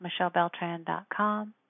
michellebeltran.com